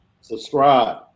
subscribe